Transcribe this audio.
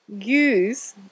Use